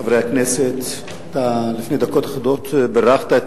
חברי הכנסת, לפני דקות אחדות בירכת את